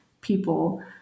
people